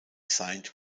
signed